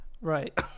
right